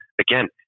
again